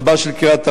רבה של קריית-ארבע,